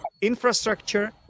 infrastructure